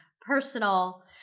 personal